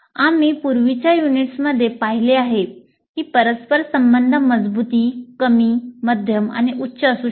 आम्ही पूर्वीच्या युनिट्समध्ये पाहिले आहे की परस्परसंबंध मजबुती कमी मध्यम किंवा उच्च असू शकते